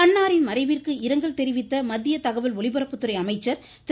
அன்னாரின் மறைவிற்கு இரங்கல் தெரிவித்த மத்திய தகவல் ஒலிபரப்புத்துறை அமைச்சர் திரு